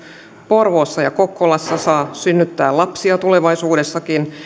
porvoossa ja kokkolassa saa synnyttää lapsia tulevaisuudessakin